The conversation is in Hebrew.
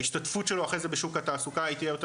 ההשתתפות שלו אחרי זה בשוק התעסוקה היא תהיה יותר